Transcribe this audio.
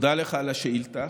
תודה לך על השאילתה.